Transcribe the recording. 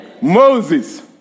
Moses